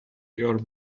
your